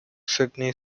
sydney